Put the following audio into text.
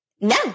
no